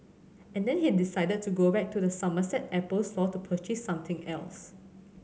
and then he decided to go back to the Somerset Apple store to purchase something else